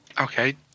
Okay